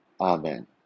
Amen